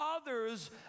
others